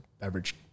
beverage